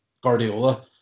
Guardiola